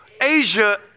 Asia